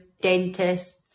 dentists